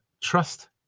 Trust